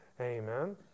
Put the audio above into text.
Amen